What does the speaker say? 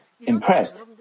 impressed